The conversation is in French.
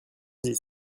dix